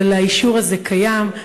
אבל האישור הזה קיים,